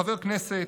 חבר כנסת,